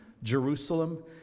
Jerusalem